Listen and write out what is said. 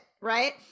right